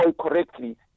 correctly